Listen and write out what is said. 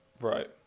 Right